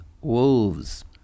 Wolves